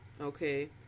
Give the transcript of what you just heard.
Okay